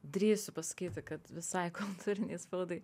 drįsiu pasakyti kad visai kultūrinei spaudai